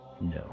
No